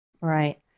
Right